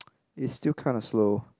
it's still kinda slow